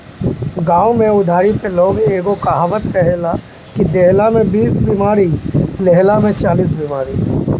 गांव में उधारी पे लोग एगो कहावत कहेला कि देहला में बीस बेमारी, लेहला में चालीस बेमारी